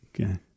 Okay